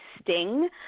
sting